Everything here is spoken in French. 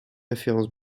références